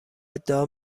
ادعا